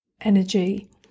energy